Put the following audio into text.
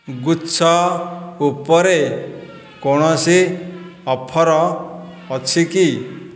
ଗୁଚ୍ଛ ଉପରେ କୌଣସି ଅଫର୍ ଅଛି କି